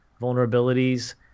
vulnerabilities